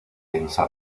densa